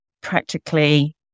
practically